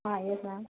हाँ yes ma'am